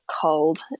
cold